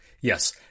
Yes